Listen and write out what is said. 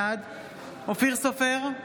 בעד אופיר סופר,